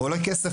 עולה כסף,